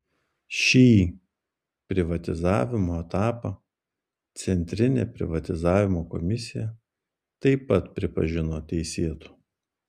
šį privatizavimo etapą centrinė privatizavimo komisija taip pat pripažino teisėtu